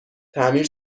تعمیر